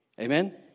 Amen